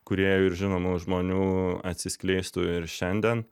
kūrėjų ir žinomų žmonių atsiskleistų ir šiandien